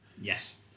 Yes